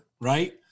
right